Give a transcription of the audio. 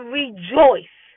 rejoice